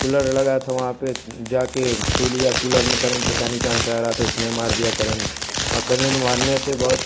cooler लगा था वहाँ पर जा कर छू लिया कूलर में करेंट पता नहीं कहाँ से आ रहा था उसमें मार दिया करेंट और करेंट मारने से बहुत